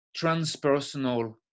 transpersonal